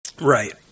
Right